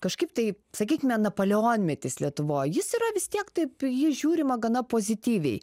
kažkaip tai sakykime napoleonmetis lietuvoj jis yra vis tiek taip į jį žiūrima gana pozityviai